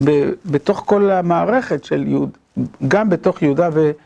בתוך כל המערכת של יהוד, גם בתוך יהודה ו...